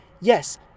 yes